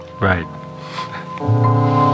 Right